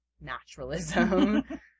naturalism